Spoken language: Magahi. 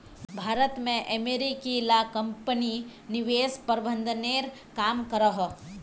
भारत में अमेरिकी ला कम्पनी निवेश प्रबंधनेर काम करोह